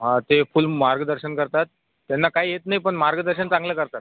हा ते फुल मार्गदर्शन करतात त्यांना काही येत नाही पण मार्गदर्शन चांगलं करतात